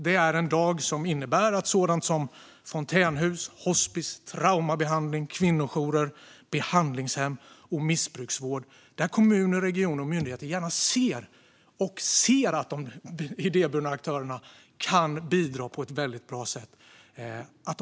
Det är en dag som innebär att de idéburna aktörerna lättare kan bidra inom sådant som fontänhus, hospis, traumabehandling, kvinnojourer, behandlingshem och missbruksvård, där kommuner, regioner och myndigheter ser att de kan bidra på ett väldigt bra sätt.